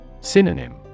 Synonym